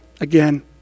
again